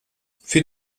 für